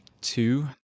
Two